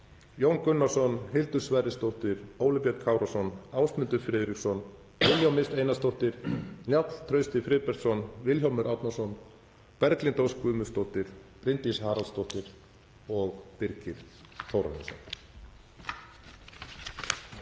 Jón Gunnarsson, Hildur Sverrisdóttir, Óli Björn Kárason, Ásmundur Friðriksson, Diljá Mist Einarsdóttir, Njáll Trausti Friðbertsson, Vilhjálmur Árnason, Berglind Ósk Guðmundsdóttir, Bryndís Haraldsdóttir og Birgir Þórarinsson.